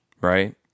right